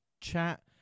chat